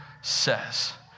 says